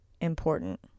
important